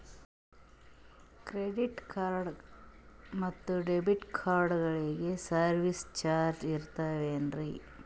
Credit card ಮತ್ತು debit ಕಾರ್ಡಗಳಿಗೆ service charge ಇರುತೇನ್ರಿ?